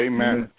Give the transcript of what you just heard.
Amen